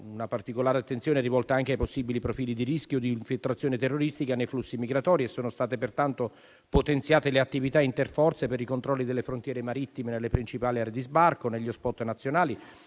una particolare attenzione rivolta anche ai possibili profili di rischio di infiltrazione terroristica nei flussi migratori. Sono state pertanto potenziate le attività interforze per i controlli delle frontiere marittime nelle principali aree di sbarco e negli *hot spot* nazionali,